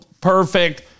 perfect